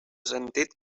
sentit